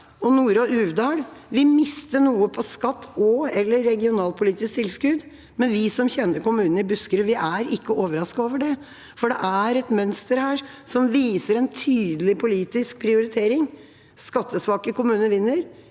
Nore og Uvdal vil miste noe på skatt og/eller regionalpolitisk tilskudd. Vi som kjenner kommunene i Buskerud, er ikke overrasket over det, for det er et mønster her som viser en tydelig politisk prioritering. Skattesvake kommuner vinner.